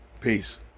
Peace